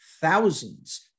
thousands